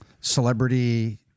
celebrity